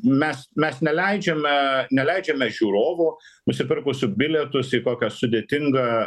mes mes neleidžiame neleidžiame žiūrovų nusipirkusių bilietus į kokią sudėtingą